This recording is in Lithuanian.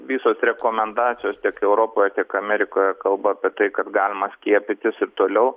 visos rekomendacijos tiek europoje tiek amerikoje kalba apie tai kad galima skiepytis ir toliau